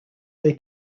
they